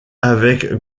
avec